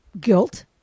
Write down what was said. guilt